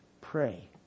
Pray